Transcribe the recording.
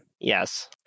Yes